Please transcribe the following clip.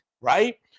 right